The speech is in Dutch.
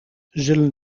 zullen